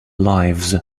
lives